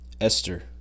Esther